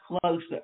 closer